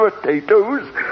potatoes